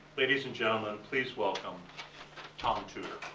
ladies and gentlemen, please welcome tom tudor.